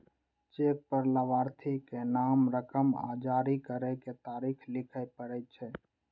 cheque पर लाभार्थीक नाम, रकम आ जारी करै के तारीख लिखय पड़ै छै